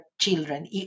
children